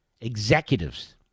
executives